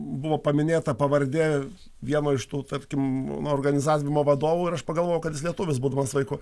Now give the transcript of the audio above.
buvo paminėta pavardė vieno iš tų tarkim organizavimo vadovu ir aš pagalvojau kad jis lietuvis būdamas vaiku